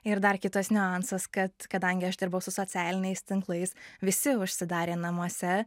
ir dar kitas niuansas kad kadangi aš dirbau su socialiniais tinklais visi užsidarė namuose